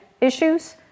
issues